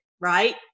Right